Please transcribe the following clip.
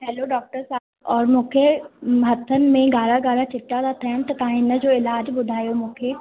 hello doctor साहिबु और मूंखे हथनि में गाढ़ा गाढ़ा चिटा था थियनि त तव्हां हिनजो इलाज़ु ॿुधायो मूंखे